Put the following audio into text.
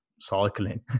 cycling